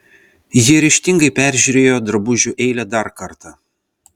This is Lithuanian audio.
ji ryžtingai peržiūrėjo drabužių eilę dar kartą